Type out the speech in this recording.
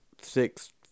six